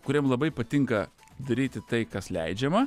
kuriem labai patinka daryti tai kas leidžiama